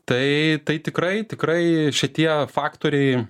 tai tai tikrai tikrai šitie faktoriai